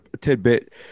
tidbit